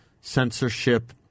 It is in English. censorship